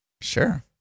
Sure